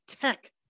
tech